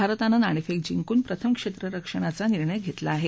भारतानं नाणफेक जिंकून प्रथम क्षेत्ररक्षणाचा निर्णय घेतला आहे